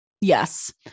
Yes